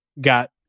got